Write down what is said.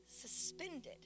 suspended